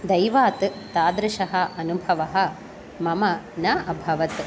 दैवात् तादृशः अनुभवः मम न अभवत्